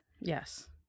Yes